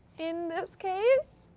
in this case?